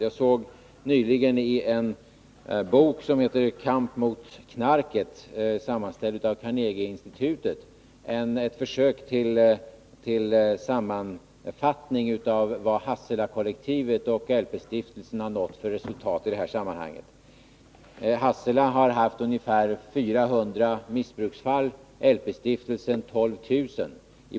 Jag såg nyligen i en bok, som heter Kamp mot knarket, ett försök till sammanfattning av vad Hasselakollektivet och LP-stiftelsen har nått för resultat i sammanhanget. Hassela har haft ungefär 400 missbruksfall att behandla, och LP-stiftelsen ca 12 000.